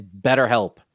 BetterHelp